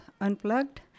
Unplugged